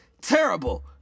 terrible